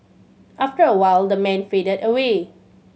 after a while the man faded away